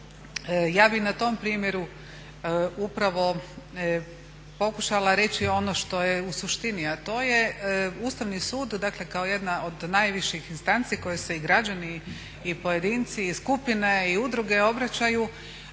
Ja bih na tom primjeru upravo pokušala reći ono što je u suštini, a to je Ustavni sud, dakle kao jedna od najviših instanci koje se i građani i pojedinci i skupine i udruge obraćaju,